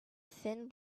thin